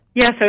Yes